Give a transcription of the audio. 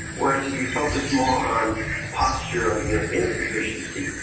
whereas if you focused more on a posture of you know insufficiency,